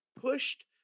pushed